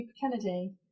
Kennedy